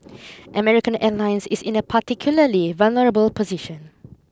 American Airlines is in a particularly vulnerable position